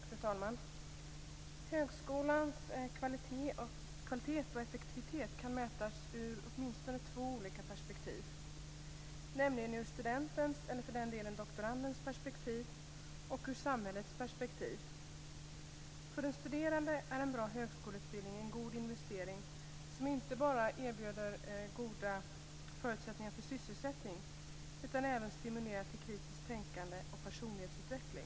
Fru talman! Högskolans kvalitet och effektivitet kan mätas ur åtminstone två olika perspektiv, nämligen ur studentens, eller för den delen doktorandens, perspektiv och ur samhällets perspektiv. För den studerande är en bra högskoleutbildning en god investering, som inte bara erbjuder goda förutsättningar för sysselsättning utan även stimulerar till kritiskt tänkande och personlighetsutveckling.